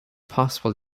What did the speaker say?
possible